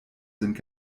sind